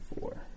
four